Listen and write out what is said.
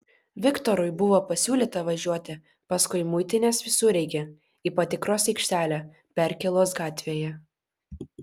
viktorui buvo pasiūlyta važiuoti paskui muitinės visureigį į patikros aikštelę perkėlos gatvėje